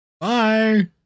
bye